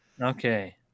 Okay